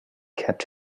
kept